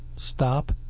Stop